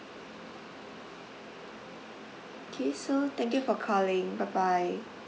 K so thank you for calling bye bye